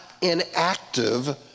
inactive